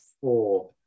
four